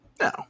No